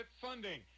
funding